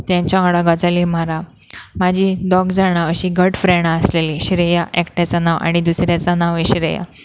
तेंच्या वांगडा गजाली म्हारा म्हाजी दोग जाणां अशीं घट फ्रेंडां आसलेली श्रेया एकट्याचो नांव आनी दुसऱ्याचो नांव हे श्रेया